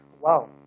wow